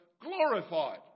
glorified